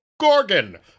Gorgon